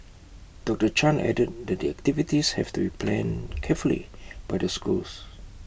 doctor chan added that the activities have to be planned carefully by the schools